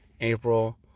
April